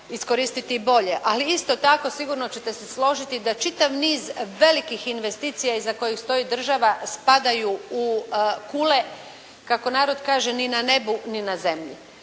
iskoristiti bolje, ali isto tako sigurno ćete se složiti da čitav niz velikih investicija iza kojih stoji država spadaju u kule kako narod kaže ni na nebu ni na zemlji.